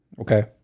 Okay